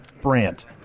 Brant